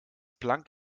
planck